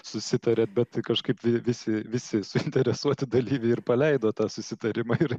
susitarėt bet kažkaip vi visi visi suinteresuoti dalyviai ir paleido tą susitarimą ir